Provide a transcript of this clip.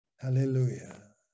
Hallelujah